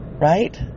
Right